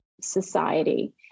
society